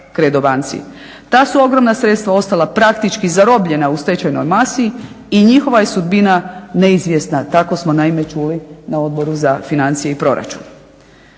Ta su ogromna sredstva ostala praktički zarobljena u stečajnoj masi i njihova je sudbina neizvjesna, tako smo naime čuli na Odboru za financije i proračun.